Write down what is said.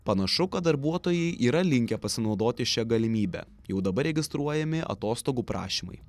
panašu kad darbuotojai yra linkę pasinaudoti šia galimybe jau dabar registruojami atostogų prašymai